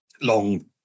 long